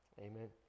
Amen